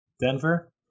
Denver